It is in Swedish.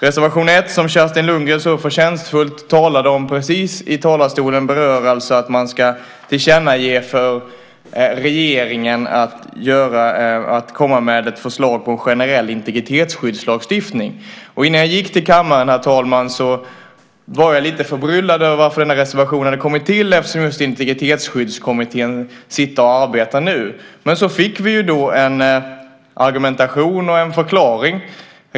Reservation 1, som Kerstin Lundgren så förtjänstfullt precis talade om i talarstolen, berör alltså att man ska göra ett tillkännagivande till regeringen om att komma med ett förslag till en generell integritetsskyddslagstiftning. Innan jag gick till kammaren, herr talman, var jag lite förbryllad över att denna reservation hade kommit till eftersom just Integritetsskyddskommittén sitter och arbetar nu. Men så fick vi då en argumentation och en förklaring.